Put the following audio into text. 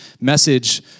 message